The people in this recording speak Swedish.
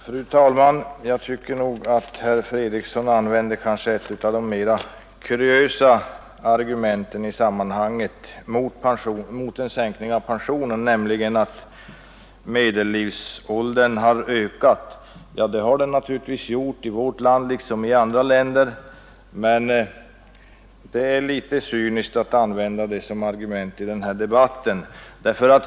Fru talman! Jag tycker att herr Fredriksson använde ett av de mera kuriösa argumenten mot en sänkning av pensionsåldern, nämligen att medellivsåldern har stigit. Det har den naturligtvis gjort i vårt land liksom i andra länder, men det är litet cyniskt att åberopa detta i den här debatten.